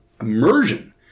immersion